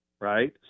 right